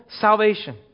salvation